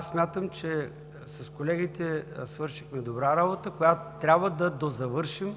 Смятам, че с колегите свършихме добра работа, която трябва да дозавършим